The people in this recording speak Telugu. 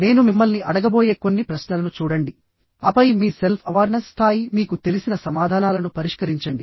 నేను మిమ్మల్ని అడగబోయే కొన్ని ప్రశ్నలను చూడండి ఆపై మీ సెల్ఫ్ అవార్నెస్ స్థాయి మీకు తెలిసిన సమాధానాలను పరిష్కరించండి